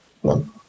one